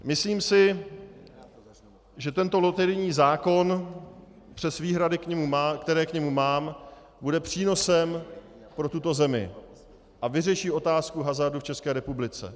Myslím si, že tento loterijní zákon přes výhrady, které k němu mám, bude přínosem pro tuto zemi a vyřeší otázku hazardu v České republice.